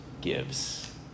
gives